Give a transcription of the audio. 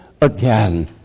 again